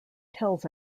tells